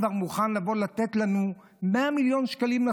ועבאס כבר מוכן לבוא לתת לנו 100 מיליון שקלים,